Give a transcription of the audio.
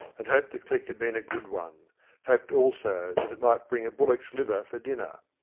and hoped the click had been a good one hoped also that it might bring bullock's liver for dinner.